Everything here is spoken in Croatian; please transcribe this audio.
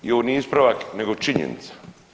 I ovo nije ispravak nego činjenica.